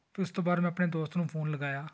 ਉਸ ਤੋਂ ਬਾਅਦ ਮੈਂ ਆਪਣੇ ਦੋਸਤ ਨੂੰ ਫੋਨ ਲਗਾਇਆ